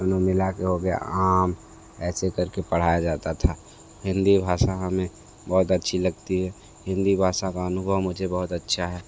दोनों मिलाके हो गया आम ऐसे करके पढ़ाया जाता था हिन्दी भाषा हमें बहुत अच्छी लगती है हिन्दी भाषा का अनुभव मुझे बहुत अच्छा है